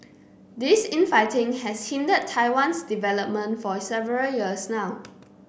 this infighting has hindered Taiwan's development for several years now